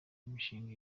imishinga